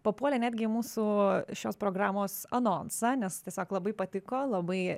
papuolė netgi į mūsų šios programos anonsą nes tiesiog labai patiko labai